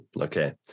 okay